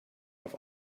auf